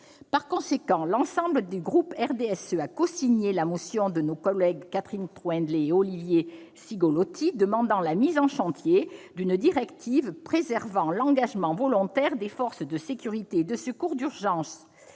Par conséquent, l'ensemble des membres du groupe du RDSE ont cosigné la motion de nos collègues Catherine Troendlé et Olivier Cigolotti demandant la mise en chantier d'une directive préservant l'engagement volontaire des forces de sécurité et de secours d'urgence.